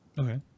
Okay